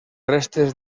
restes